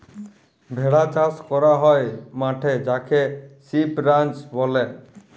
ভেড়া চাস ক্যরা হ্যয় মাঠে যাকে সিপ রাঞ্চ ব্যলে